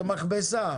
זה מכבסה.